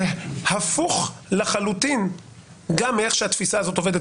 זה הפוך לחלוטין גם מהדרך שבה התפיסה הזאת עובדת